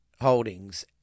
holdings